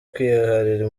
kwiharira